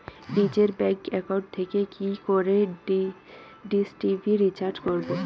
নিজের bank account থেকে কি করে ডিশ টি.ভি রিচার্জ করবো?